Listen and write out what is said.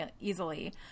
easily